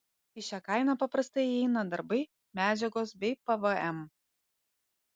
į šią kainą paprastai įeina darbai medžiagos bei pvm